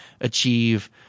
achieve